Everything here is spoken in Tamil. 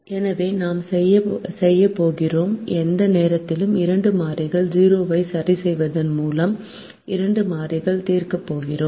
எனவே நாம் என்ன செய்யப் போகிறோம் எந்த நேரத்திலும் இரண்டு மாறிகள் 0 ஐ சரிசெய்வதன் மூலம் இரண்டு மாறிகள் தீர்க்கப் போகிறோம்